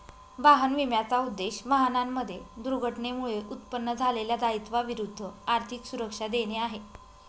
वाहन विम्याचा उद्देश, वाहनांमध्ये दुर्घटनेमुळे उत्पन्न झालेल्या दायित्वा विरुद्ध आर्थिक सुरक्षा देणे आहे